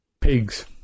pigs